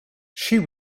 she